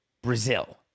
Brazil